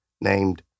named